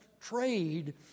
trade